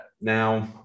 now